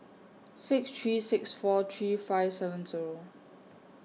six three six four three five seven Zero